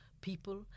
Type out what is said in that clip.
people